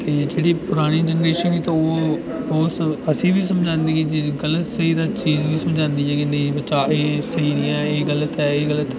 ते जेह्ड़ी परानी जैनरेशन ऐ तां ओह् ओह् असें ई बी समझांदी ऐ जे गलत स्हेई चीज बी समझांदी कि निं एह् स्हेई निं ऐ एह् गलत ऐ एह् गलत ऐ